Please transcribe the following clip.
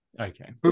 Okay